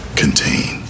contain